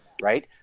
right